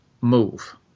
move